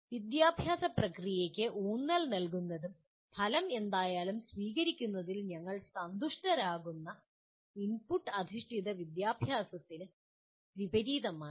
വിദ്യാഭ്യാസ പ്രക്രിയയ്ക്ക് ഊന്നൽ നൽകുന്നതും ഫലം എന്തായാലും സ്വീകരിക്കുന്നതിൽ ഞങ്ങൾ സന്തുഷ്ടരുമാകുന്ന ഇൻപുട്ട് അധിഷ്ഠിത വിദ്യാഭ്യാസത്തിന് വിപരീതമാണ് ഇത്